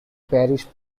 parish